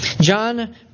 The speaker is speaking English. John